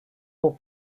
pour